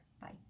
bye